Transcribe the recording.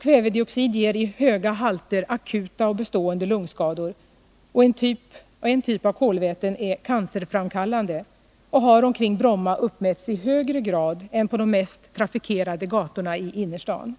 Kvävedioxid ger i höga halter akuta och bestående lungskador. En typ av kolväten är cancerframkallande och har omkring Bromma uppmätts i högre grad än på de mest trafikerade gatorna i innerstan.